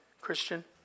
Christian